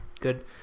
good